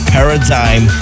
Paradigm